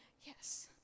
yes